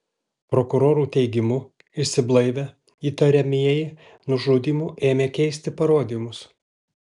prokurorų teigimu išsiblaivę įtariamieji nužudymu ėmė keisti parodymus